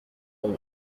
ont